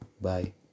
Bye